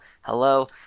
hello